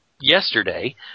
yesterday